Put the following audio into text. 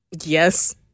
yes